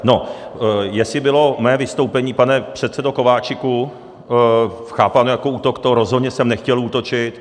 No, jestli bylo mé vystoupení, pane předsedo Kováčiku, chápáno jako útok, to rozhodně jsem nechtěl útočit.